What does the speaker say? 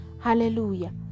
hallelujah